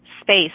space